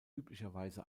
üblicherweise